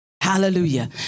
hallelujah